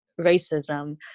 racism